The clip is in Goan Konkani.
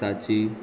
साची